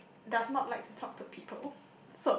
does not like to talk to people so